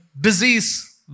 disease